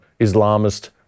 Islamist